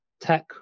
Tech